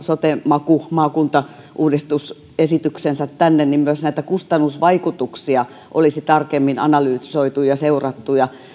oman sote maakuntauudistus esityksensä tänne myös näitä kustannusvaikutuksia olisi tarkemmin analysoitu ja seurattu